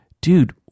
dude